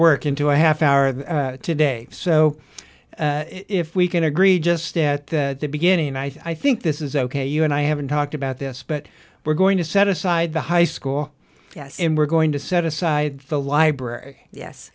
work into a half hour today so if we can agree just at the beginning i think this is ok you and i haven't talked about this but we're going to set aside the high school and we're going to set aside the library yes